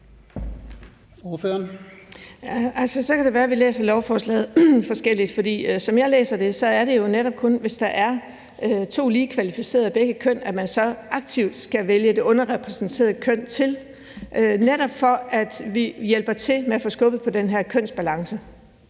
Det kan være, at vi læser lovforslaget forskelligt, for som jeg læser det, er det jo netop kun, hvis der er to lige kvalificerede af begge køn, at man så aktivt skal vælge det underrepræsenterede køn til, netop for at hjælpe til med at få skubbet på den her kønsbalance.